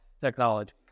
technology